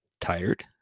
tired